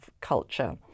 culture